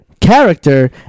character